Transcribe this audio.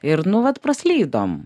ir nu vat praslydom